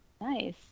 Nice